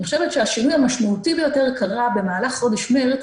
אני חושבת שהשינוי המשמעותי ביותר קרה במהלך חודש מרץ,